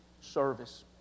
service